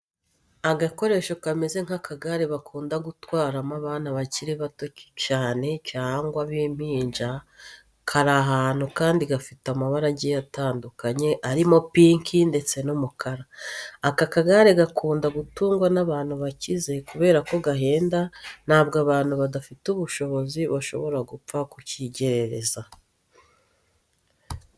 Agakoresho kameze nk'akagare bakunda gutwaramo abana bakiri batoya cyane cyangwa b'impinja kari ahantu kandi gafite amabara agiye atandukanye, arimo pinki ndetse n'umukara. Aka kagare gakunda gutungwa n'abantu bakize kubera ko gahenda, ntabwo abantu badafite ubushobozi bashobora gupfa kukigerereza.